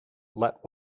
let